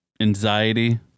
Anxiety